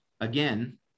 again